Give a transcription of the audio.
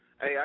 Hey